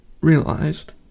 realized